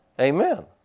Amen